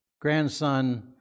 grandson